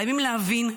חייבים להבין,